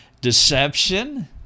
deception